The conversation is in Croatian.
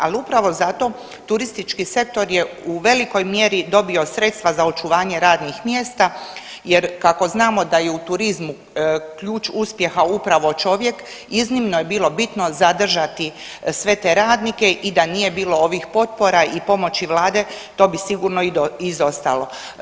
Al upravo zato turistički sektor je u velikoj mjeri dobio sredstva za očuvanje radnih mjesta jer kako znamo da je u turizmu ključ uspjeha upravo čovjek iznimno je bilo bitno zadržati sve te radnike i da nije bilo ovih potpora i pomoći Vlade to bi sigurno izostalo.